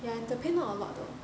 ya the pay not a lot though